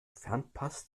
fernpass